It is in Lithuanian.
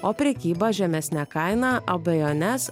o prekyba žemesne kaina abejones